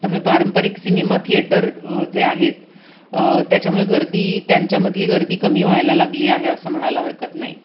त्यामुळे पारंपारिक cinema theatre जे आहेत त्याच्यामुळे गर्दी त्यांच्यामधली गर्दी कमी व्हायला लागली आहे असं म्हणायला हरकत नाही